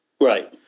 Right